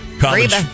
College